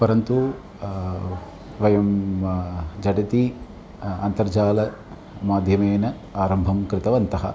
परन्तु वयं झटिति अन्तर्जालमाध्यमेन आरम्भं कृतवन्तः